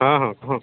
ହଁ ହଁ ହଁ